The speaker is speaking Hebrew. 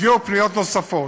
הגיעו פניות נוספות.